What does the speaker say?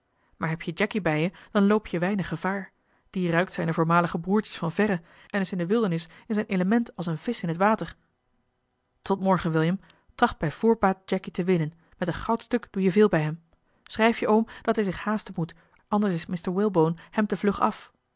maar heb je jacky bij je dan loop je weinig gevaar die ruikt zijne voormalige broertjes van verre en is in de wildernis in zijn element als een visch in het water tot morgen william tracht bij voorbaat jacky te winnen met een goudstuk doe je veel bij hem schrijf je oom dat hij zich haaseli heimans willem roda ten moet anders is mr walebone hem te vlug af